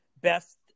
best